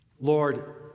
Lord